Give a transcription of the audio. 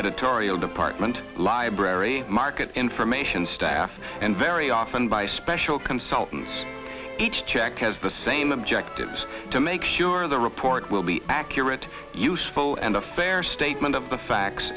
editorial department library market information staff and very often by special consultants each check has the same objectives to make sure the report will be accurate useful and a fair statement of the facts